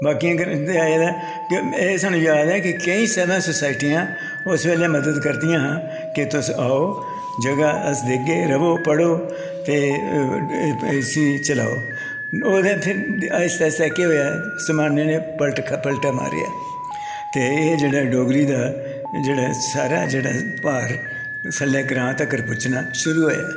बाकी सानूं याद ऐ कि केईं सिविक सोसाइटियां उसलै मदद करदियां हां कि तुस आओ जगह् अस देगे र'वो पढ़ो ते इसी चलाओ ओह्दे फिर आस्तै आस्तै केह् होया जमान्ने ने पलटा मारेआ ते एह् जेह्ड़ा डोगरी दा जेह्ड़ा सारा जेह्ड़ा भार उसलै ग्रांऽ तक्कर पुज्जना शुरु होया